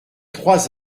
trois